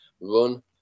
run